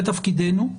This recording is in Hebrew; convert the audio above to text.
זה תפקידנו,